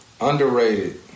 Underrated